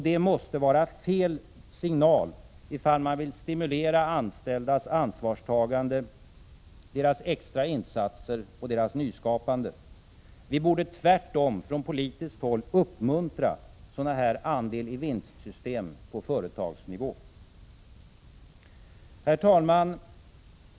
Detta måste vara fel signal om man vill stimulera de anställdas ansvarstagande, deras extra insatser och deras nyskapande. Vi borde tvärtom från politiskt håll uppmuntra sådana här andel-i-vinst-system på företagsnivå. Herr talman!